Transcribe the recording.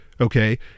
Okay